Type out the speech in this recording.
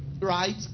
Right